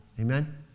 Amen